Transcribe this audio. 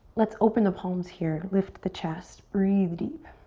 let's open the palms here. lift the chest, breathe deep.